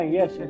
Yes